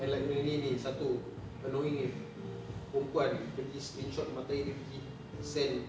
and like really ni satu annoying perempuan pergi screenshot mata air dia gi send